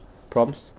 prompts